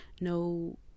No